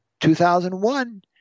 2001